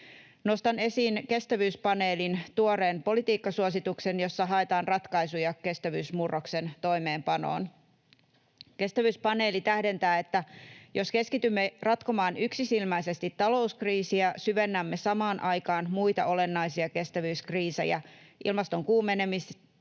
Nostan esiin Kestävyyspaneelin tuoreen politiikkasuosituksen, jossa haetaan ratkaisuja kestävyysmurroksen toimeenpanoon. Kestävyyspaneeli tähdentää, että jos keskitymme ratkomaan yksisilmäisesti talouskriisiä, syvennämme samaan aikaan muita olennaisia kestävyyskriisejä: ilmaston kuumenemista,